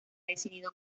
decidido